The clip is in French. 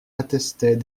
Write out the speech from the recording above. attestaient